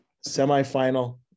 Semi-final